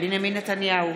בנימין נתניהו,